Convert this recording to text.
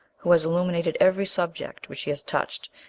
who has illuminated every subject which he has touched,